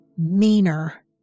Meaner